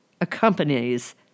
accompanies